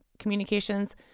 Communications